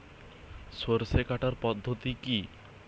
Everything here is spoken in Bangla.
সরষে কাটার পদ্ধতি কি?